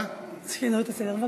שינו את הסדר.